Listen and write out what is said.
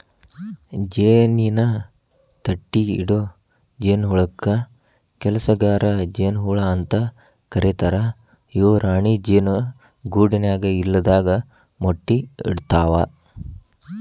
ಜೇನಿನ ತಟ್ಟಿಇಡೊ ಜೇನಹುಳಕ್ಕ ಕೆಲಸಗಾರ ಜೇನ ಹುಳ ಅಂತ ಕರೇತಾರ ಇವು ರಾಣಿ ಜೇನು ಗೂಡಿನ್ಯಾಗ ಇಲ್ಲದಾಗ ಮೊಟ್ಟಿ ಇಡ್ತವಾ